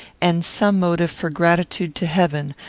and some motive for gratitude to heaven,